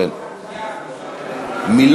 אדוני היושב-ראש,